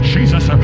Jesus